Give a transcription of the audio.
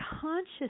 conscious